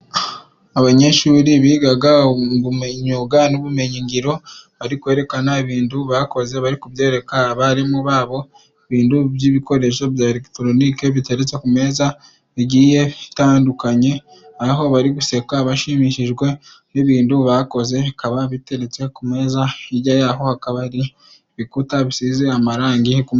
Abanyeshuri bigaga imyuga n'ubumenyigiro barimo kwerekana ibindu bakoze bari kubyereka abarimu babo, ibindu by'ibikoresho bya elekitoronike biteretse ku meza bigiye bitandukanye, aho bari guseka bashimishijwe n'ibindu bakoze, bikaba biteretse ku meza hijya yaho hakaba hari ibikuta bisize amarangi g'.....